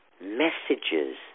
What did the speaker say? messages